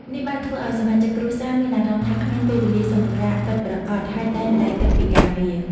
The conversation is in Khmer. នេះបានធ្វើឱ្យសមាជិកគ្រួសារមានអារម្មណ៍ថាគ្មានពេលវេលាសម្រាកពិតប្រាកដ ហើយតែងតែគិតពីការងារ។